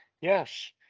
Yes